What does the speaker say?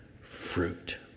fruit